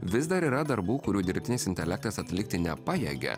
vis dar yra darbų kurių dirbtinis intelektas atlikti nepajėgia